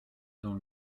dans